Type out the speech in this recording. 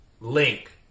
link